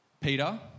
Peter